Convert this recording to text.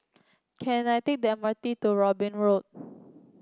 can I take the M R T to Robin Road